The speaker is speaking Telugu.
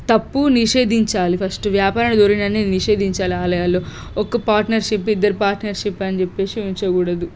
తప్పు నిషేధించాలి ఫస్ట్ వ్యాపారణ ధోరణి అనేది నిషేధించాలి ఆలయాల్లో ఒక పార్టనర్షిప్ ఇద్దరి పార్టనర్షిప్ అని చెప్పేసి ఉంచకూడదు